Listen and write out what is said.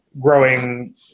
growing